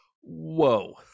whoa